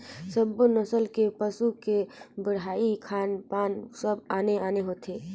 सब्बो नसल के पसू के बड़हई, खान पान सब आने आने होथे